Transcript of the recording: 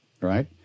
Right